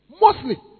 Mostly